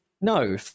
No